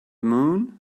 moon